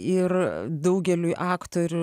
ir daugeliui aktorių